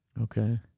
Okay